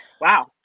wow